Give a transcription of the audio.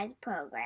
program